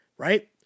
right